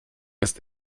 ist